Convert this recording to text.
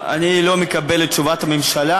אני לא מקבל את תשובת הממשלה,